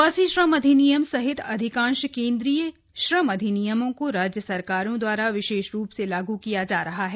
प्रवासी श्रम अधिनियम सहित अधिकांश केंद्रीय श्रम अधिनियमों को राज्य सरकारों द्वारा विशेष रूप से लागू किया जा रहा है